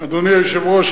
אדוני היושב-ראש,